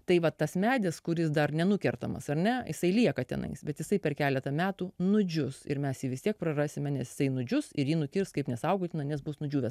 tai va tas medis kuris dar nenukertamas ar ne jisai lieka tenais bet jisai per keletą metų nudžius ir mes vis tiek prarasime nes jisai nudžius ir jį nukirs kaip nesaugotina nes bus nudžiūvęs